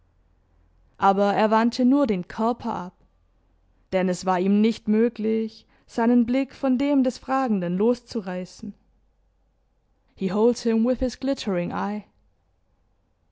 aber er wandte nur den körper ab denn es war ihm nicht möglich seinen blick von dem des fragenden loßzureißen